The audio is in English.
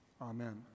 Amen